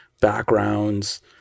backgrounds